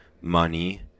money